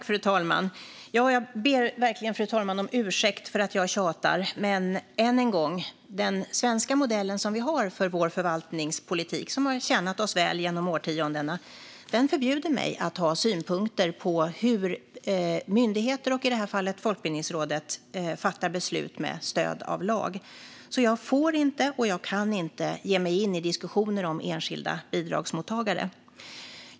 Fru talman! Jag ber verkligen fru talmannen om ursäkt för att jag tjatar, men än en gång: Den svenska modell som vi har för vår förvaltningspolitik, som har tjänat oss väl genom årtiondena, förbjuder mig att ha synpunkter på hur myndigheter, i detta fall Folkbildningsrådet, fattar beslut med stöd av lag. Så jag varken får eller kan ge mig in i diskussioner om enskilda bidragsmottagare.